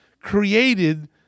created